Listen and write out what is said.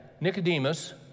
Nicodemus